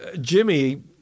Jimmy